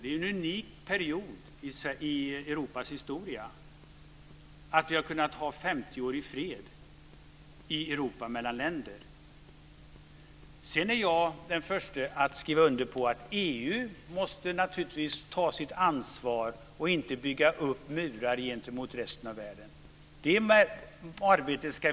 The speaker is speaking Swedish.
Det är en unik period i Europas historia att vi har kunnat ha femtioårig fred mellan länder i Europa. Jag är den förste att skriva under på att EU naturligtvis måste ta sitt ansvar och inte bygga upp murar gentemot resten av världen.